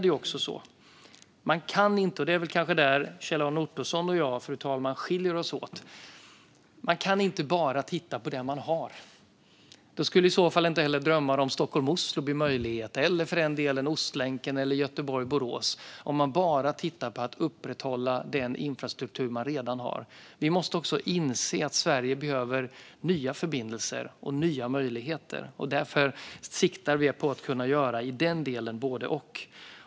Det kan vara här som Kjell-Arne Ottosson och jag skiljer oss åt. Man kan inte bara titta på det man har. Då skulle i så fall inte heller drömmar om sträckan Stockholm-Oslo bli verklighet, eller för den delen Ostlänken eller sträckan Göteborg-Borås, om man bara tittar på att upprätthålla den infrastruktur man redan har. Vi måste också inse att Sverige behöver nya förbindelser och nya möjligheter. Därför siktar vi på att göra både och i den delen.